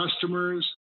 customers